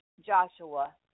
Joshua